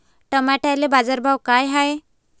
टमाट्याले बाजारभाव काय हाय?